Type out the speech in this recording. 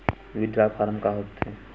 withdrawal form का होथेय